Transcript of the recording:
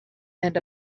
and